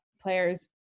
players